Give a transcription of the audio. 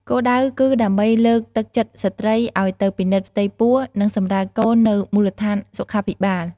គោលដៅគឺដើម្បីលើកទឹកចិត្តស្ត្រីឱ្យទៅពិនិត្យផ្ទៃពោះនិងសម្រាលកូននៅមូលដ្ឋានសុខាភិបាល។